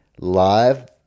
live